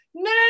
No